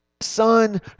son